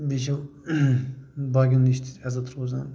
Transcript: بیٚیہِ چھِ یِم باقِین نِش تہِ عزتھ روزان